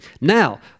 Now